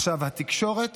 עכשיו, התקשורת